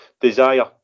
Desire